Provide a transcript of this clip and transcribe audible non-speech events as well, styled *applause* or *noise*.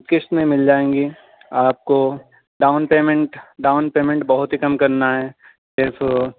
قست میں مل جائیں گی آپ کو ڈاؤن پیمنٹ ڈاؤن پیمنٹ بہت ہی کم کرنا ہے *unintelligible*